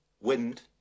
wind